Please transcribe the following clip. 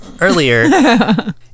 earlier